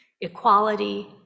equality